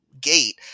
gate